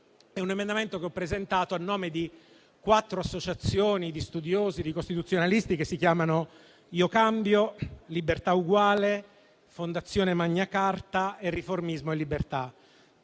il merito - è stato presentato a nome di quattro associazioni di studiosi e di costituzionalisti, che si chiamano "Io Cambio", "Libertà Eguale", "Fondazione Magna Carta" e "Riformismo e Libertà".